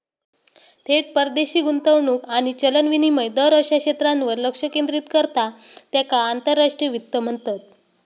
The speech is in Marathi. थेट परदेशी गुंतवणूक आणि चलन विनिमय दर अश्या क्षेत्रांवर लक्ष केंद्रित करता त्येका आंतरराष्ट्रीय वित्त म्हणतत